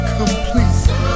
complete